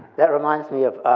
that reminds me of